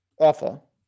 Awful